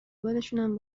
بالشونم